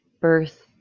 birth